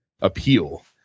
appeal